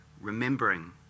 remembering